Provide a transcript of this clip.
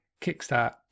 kickstart